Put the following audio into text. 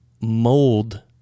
mold